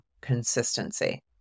consistency